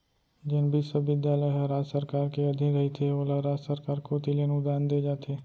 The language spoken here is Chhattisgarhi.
जेन बिस्वबिद्यालय ह राज सरकार के अधीन रहिथे ओला राज सरकार कोती ले अनुदान देय जाथे